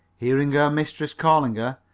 hearing her mistress calling her,